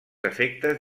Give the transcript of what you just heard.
efectes